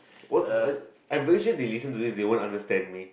what's uh I very sure they listen to this they won't understand me